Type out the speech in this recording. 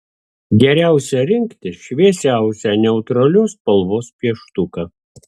geriausia rinktis šviesiausią neutralios spalvos pieštuką